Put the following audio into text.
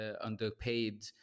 underpaid